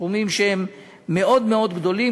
סכומים שהם מאוד מאוד גדולים,